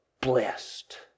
blessed